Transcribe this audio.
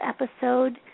episode